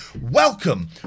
Welcome